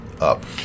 up